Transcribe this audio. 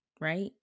right